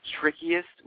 trickiest